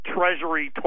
Treasury